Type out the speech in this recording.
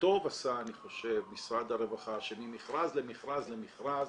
ואני חושב שטוב עשה משרד הרווחה שממכרז למכרז למכרז